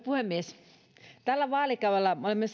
puhemies tällä vaalikaudella me